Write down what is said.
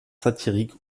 satirique